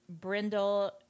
brindle